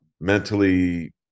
mentally